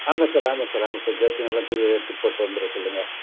ஆமாம் சார் ஆமாம் சார் ஆமாம் சார் ஜெர்கின் எல்லாத்தையும் எடுத்து போட்டு வந்துடுற சொல்லுங்கள்